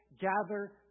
gather